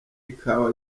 ikawa